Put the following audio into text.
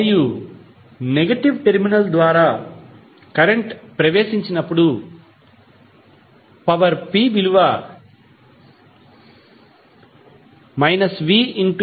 మరియు negative terminal ద్వారా current ప్రవేశించినప్పుడు పవర్ p విలువ v